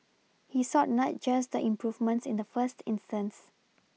he sought not just the improvements in the first instance